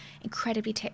incredibly